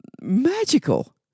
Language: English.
magical